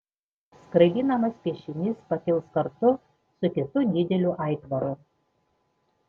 skraidinamas piešinys pakils kartu su kitu dideliu aitvaru